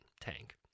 tank